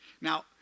Now